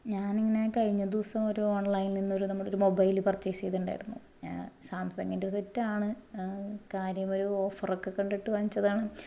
ഞാൻ ഇങ്ങനെ കഴിഞ്ഞ ദിവസം ഒരു ഓൺലൈനിൽ നിന്ന് നമ്മുടെ ഒരു മൊബൈൽ പർച്ചേസ് ചെയ്തിട്ടുണ്ടായിരുന്നു സാംസങ്ങിൻ്റെ ഒരു സെറ്റാണ് കാര്യം ഒരു ഓഫറൊക്കെ കണ്ടിട്ട് വാങ്ങിച്ചതാണ്